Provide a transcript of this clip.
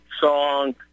song